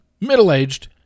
middle-aged